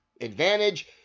advantage